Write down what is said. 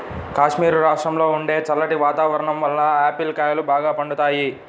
కాశ్మీరు రాష్ట్రంలో ఉండే చల్లటి వాతావరణం వలన ఆపిల్ కాయలు బాగా పండుతాయి